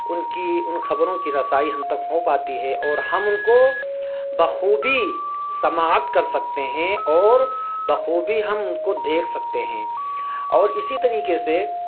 ان کی ان خبروں کی رسائی ہم تک ہو پاتی ہے اور ہم ان کو بخوبی سماعت کر سکتے ہیں اور بخوبی ہم ان کو دیکھ سکتے ہیں اور اسی طریقے سے